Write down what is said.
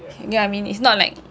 you get what I mean it's not like